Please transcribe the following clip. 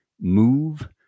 move